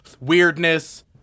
weirdness